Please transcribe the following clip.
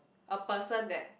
a person that